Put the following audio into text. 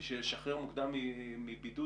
בשביל לשחרר מוקדם מבידוד,